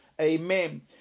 Amen